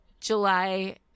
July